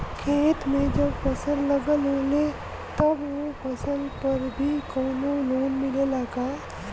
खेत में जब फसल लगल होले तब ओ फसल पर भी कौनो लोन मिलेला का?